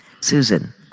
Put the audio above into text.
Susan